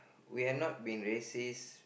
we are not being racist